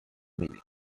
meeting